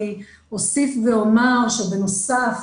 אני אוסיף ואומר שבנוסף